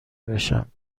بشم